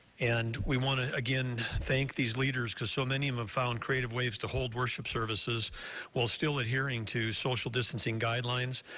and we want to, again, thank these leaders because so many um of found creative ways to hold worship services while still adhering to the social distancing guidelines,